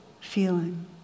feeling